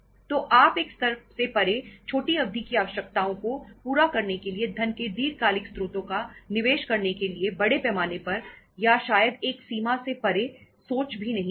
तो आप एक स्तर से परे छोटी अवधि की आवश्यकताओं को पूरा करने के लिए धन के दीर्घकालिक स्रोतों का निवेश करने के लिए बड़े पैमाने पर या शायद एक सीमा से परे सोच भी नहीं सकते